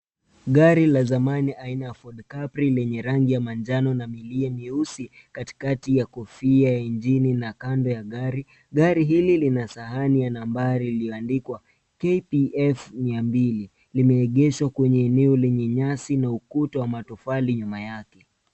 Gari la zamani aina ya Ford Capri lenye rangi ya manjano na milia mieusi katikati ya kofia ya injini na kando ya gari. Gari hili lina sahani ya nambari iliyoandikwa KPF 200 limeegeshwa kwenye eneo lenye nyasi na ukuta wa matofali nyuma yake.